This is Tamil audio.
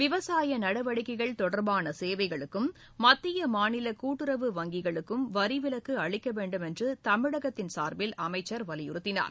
விவசாய நடவடிக்கைகள் தொடர்பான சேவைகளுக்கும் மத்திய மாநில கூட்டுறவு வங்கிகளுக்கும் வரிவிலக்கு அளிக்க வேண்டும் என்று தமிழகத்தின் சார்பில் அமைச்சர் வலியுறுத்தினார்